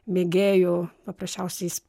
mėgėjų paprasčiausiais